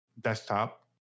desktop